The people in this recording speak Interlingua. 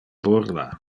burla